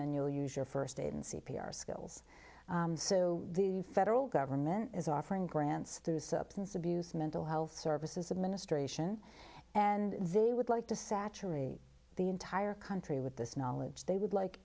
than you'll use your st aid and c p r skills so the federal government is offering grants to substance abuse mental health services administration and they would like to saturate the entire country with this knowledge they would like